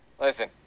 listen